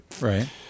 Right